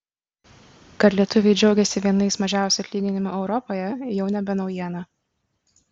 kad lietuviai džiaugiasi vienais mažiausių atlyginimų europoje jau nebe naujiena